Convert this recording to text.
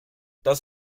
das